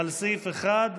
על סעיף 1,